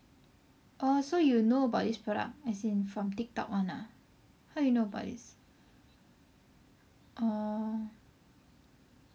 orh so you know about this product as in from Tiktok one ah how you know about this orh